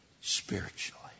spiritually